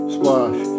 Splash